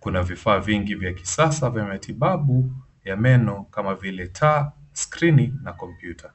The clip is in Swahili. Kuna vifaa vingi vya kisasa vya matibabu ya meno kama vile taa, skrini na kompyuta.